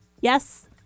yes